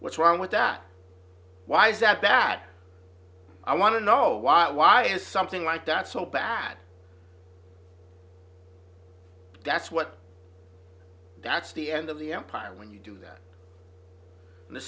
what's wrong with that why is that that i want to know why why is something like that so bad that's what that's the end of the empire when you do that and the